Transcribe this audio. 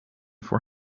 for